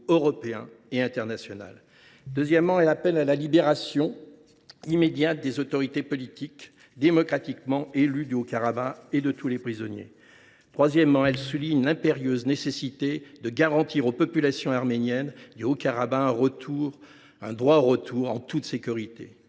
européen et international. Deuxièmement, elle tend à appeler à la libération immédiate des autorités politiques démocratiquement élues du Haut Karabagh ainsi que de tous les prisonniers de guerre. Troisièmement, elle a pour objet de souligner l’impérieuse nécessité de garantir aux populations arméniennes du Haut Karabagh un droit au retour en toute sécurité.